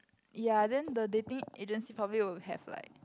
ya then the dating agency probably would have like